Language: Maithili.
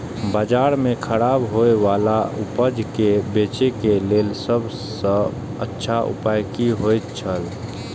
बाजार में खराब होय वाला उपज के बेचे के लेल सब सॉ अच्छा उपाय की होयत छला?